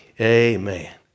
amen